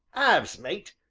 halves, mate!